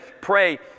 pray